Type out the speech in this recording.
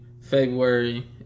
february